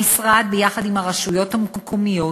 המשרד, ביחד עם הרשויות המקומיות,